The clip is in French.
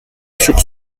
sur